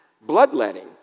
bloodletting